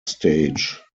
stage